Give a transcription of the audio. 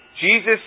Jesus